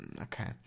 okay